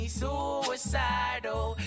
suicidal